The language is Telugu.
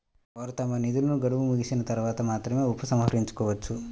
వారు తమ నిధులను గడువు ముగిసిన తర్వాత మాత్రమే ఉపసంహరించుకోవచ్చు